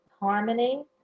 harmony